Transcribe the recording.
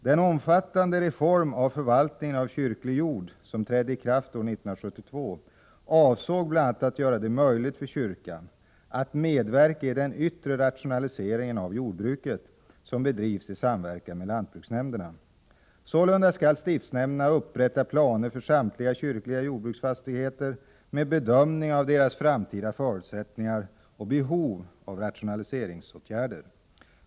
Den omfattande reform av förvaltningen av kyrklig jord som trädde i kraft år 1972 avsåg bl.a. att göra det möjligt för kyrkan att medverka i den yttre rationalisering av jordbruket som bedrivs i samverkan med lantbruksnämn derna. Sålunda skall stiftsnämnderna upprätta planer för samtliga kyrkliga jordbruksfastigheter med bedömning av deras framtida förutsättningar och behov av rationaliseringsåtgärder.